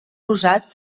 rosat